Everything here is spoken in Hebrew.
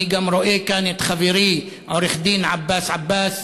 אני גם רואה כאן את חברי עורך-דין עבאס עבאס,